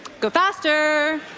go faster.